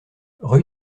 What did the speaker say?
rue